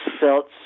felt